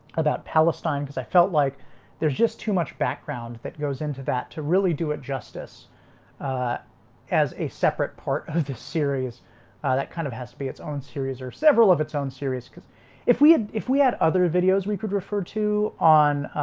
about palestine because i felt like there's just too much background that goes into that to really do it justice ah as a separate part of the series, ah that kind of has to be its own series or several of its own series because if we had if we had other videos we could refer to on